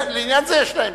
לעניין זה יש לה עמדה.